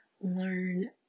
learn